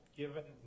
given